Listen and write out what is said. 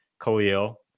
Khalil